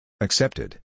Accepted